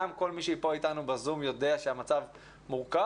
גם כל מי שפה איתנו בזום יודע שהמצב הוא מורכב,